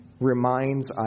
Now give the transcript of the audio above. reminds